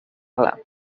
gla